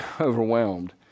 overwhelmed